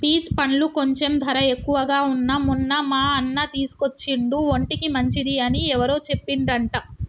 peach పండ్లు కొంచెం ధర ఎక్కువగా వున్నా మొన్న మా అన్న తీసుకొచ్చిండు ఒంటికి మంచిది అని ఎవరో చెప్పిండ్రంట